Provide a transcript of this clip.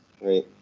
right